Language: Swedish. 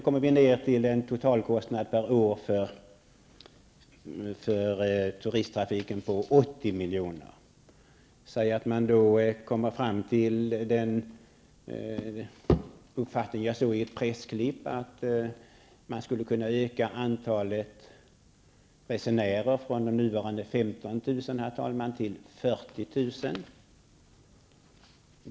Då kommer vi ned till en totalkostnad per år för turisttrafiken om 80 milj.kr. Säg att man då kommer fram till den uppfattning som jag såg i ett pressklipp, att man skulle kunna öka antalet resenärer från nuvarande 15 000 till 40 000.